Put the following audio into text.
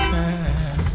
time